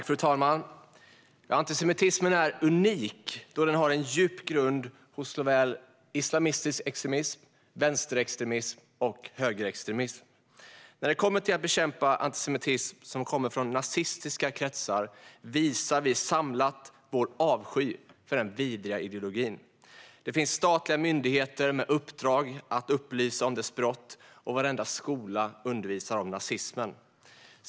Fru talman! Antisemitismen är unik då den har en djup grund hos såväl islamistisk extremism som vänsterextremism och högerextremism. När det kommer till att bekämpa antisemitism som kommer från nazistiska kretsar visar vi samlat vår avsky för den vidriga ideologin. Det finns statliga myndigheter med uppdrag att upplysa om dess brott och varenda skola undervisar om nazismen.